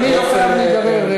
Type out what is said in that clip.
אדוני לא חייב להיגרר.